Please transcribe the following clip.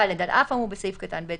(ד) על אף האמור בסעיף קטן (ב),